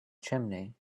chimney